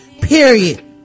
Period